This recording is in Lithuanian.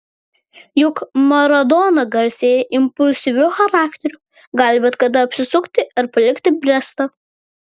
juk maradona garsėja impulsyviu charakteriu gali bet kada apsisukti ir palikti brestą